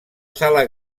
sala